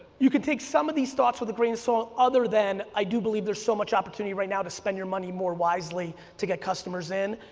you can take some of these thoughts with a grain of salt, other than i do believe there's so much opportunity right now to spend your money more wisely to get customers in,